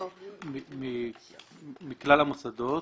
מכלל המוסדות.